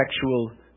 sexual